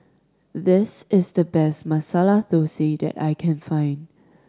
this is the best Masala Thosai that I can find